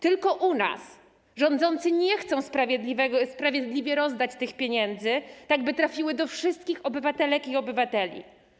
Tylko u nas rządzący nie chcą sprawiedliwie rozdać tych pieniędzy, tak by trafiły do wszystkich obywatelek i obywateli.